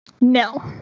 No